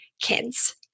kids